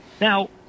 Now